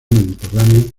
mediterránea